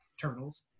turtles